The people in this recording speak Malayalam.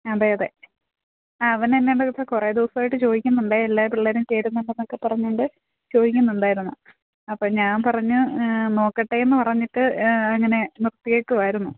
അതെ അതെ അ അവനെന്നോട് ഇപ്പോള് കുറേ ദിവസമായിട്ട് ചോദിക്കുന്നുണ്ട് എല്ലാ പിള്ളേരും ചേരുന്നുണ്ടെന്നൊക്കെ പറഞ്ഞുകൊണ്ട് ചോദിക്കുന്നുണ്ടായിരുന്നു അപ്പോള് ഞാൻ പറഞ്ഞു നോക്കട്ടെയെന്ന് പറഞ്ഞിട്ട് ഇങ്ങനെ നിർത്തിയിരിക്കുകയായിരുന്നു